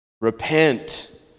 Repent